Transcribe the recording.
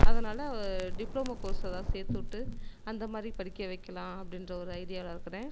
அதனால் diploma course ஏதாவது சேர்த்து விட்டு அந்த மாதிரி படிக்க வைக்கலாம் அப்படின்ற ஒரு ஐடியாவில் இருக்கிறேன்